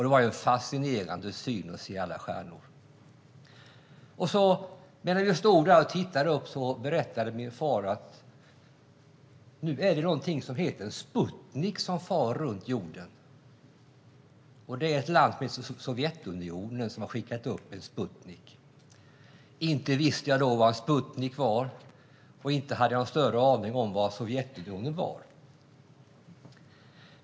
Det var en fascinerande syn att se alla stjärnor. Medan vi stod där och tittade upp berättade min far att det var någonting som hette Sputnik som for runt jorden. Han berättade att det var ett land som hette Sovjetunionen som hade skickat upp en Sputnik. Inte visste jag då vad en Sputnik var, och inte hade jag någon större aning om vad Sovjetunionen var.